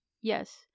yes